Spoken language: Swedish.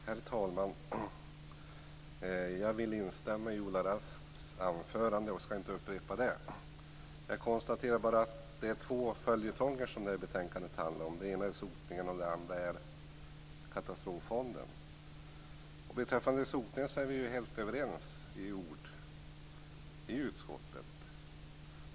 Herr talman! Jag vill instämma i Ola Rasks anförande, som jag inte ska upprepa. Jag konstaterar bara att betänkandet behandlar två följetonger. Den ena är sotningen, och den andra är frågan om en katastroffond. Beträffande sotningen är vi i utskottet helt överens i sak.